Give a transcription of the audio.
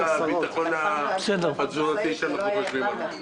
הביטחון התזונתי שאנחנו חושבים עליו.